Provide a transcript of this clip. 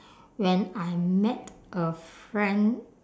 when I met a friend